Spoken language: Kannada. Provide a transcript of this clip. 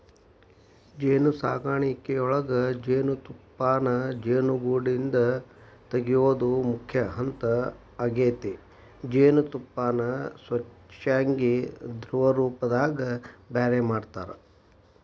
ಜೇನುಸಾಕಣಿಯೊಳಗ ಜೇನುತುಪ್ಪಾನ ಜೇನುಗೂಡಿಂದ ತಗಿಯೋದು ಮುಖ್ಯ ಹಂತ ಆಗೇತಿ ಜೇನತುಪ್ಪಾನ ಸ್ವಚ್ಯಾಗಿ ದ್ರವರೂಪದಾಗ ಬ್ಯಾರೆ ಮಾಡ್ತಾರ